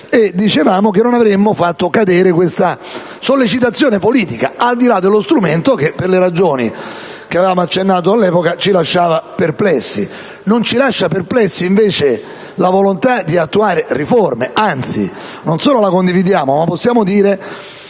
inoltre che non avremmo fatto cadere questa sollecitazione politica, al di là dello strumento, che, per le ragioni accennate all'epoca, ci lascia perplessi. Non ci lascia perplessi, invece, la volontà di attuare le riforme; anzi, non solo la condividiamo, ma possiamo dire